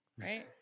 right